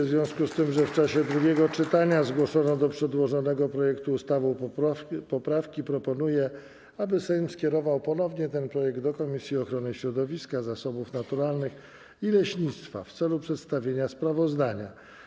W związku z tym, że w czasie drugiego czytania zgłoszono do przedłożonego projektu ustawy poprawki, proponuję, aby Sejm skierował ponownie ten projekt do Komisji Ochrony Środowiska, Zasobów Naturalnych i Leśnictwa w celu przedstawienia sprawozdania.